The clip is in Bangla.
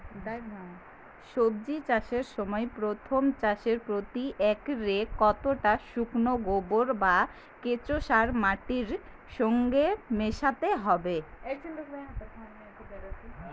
সবজি চাষের সময় প্রথম চাষে প্রতি একরে কতটা শুকনো গোবর বা কেঁচো সার মাটির সঙ্গে মেশাতে হবে?